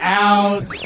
out